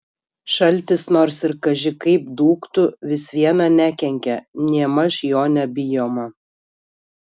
šaltis nors ir kaži kaip dūktų vis viena nekenkia nėmaž jo nebijoma